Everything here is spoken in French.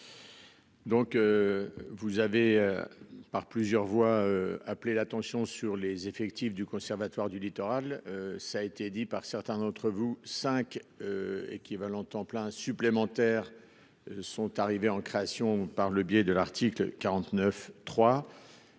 Vous avez. Par plusieurs fois appelé la tension sur les effectifs du Conservatoire du littoral. Ça a été dit par certains d'entre vous 5. Équivalents temps plein supplémentaires. Sont arrivés en création par le biais de l'article 49 3.